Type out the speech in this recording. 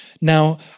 Now